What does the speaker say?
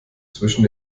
zwischen